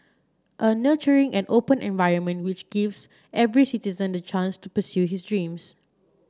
a nurturing and open environment which gives every citizen the chance to pursue his dreams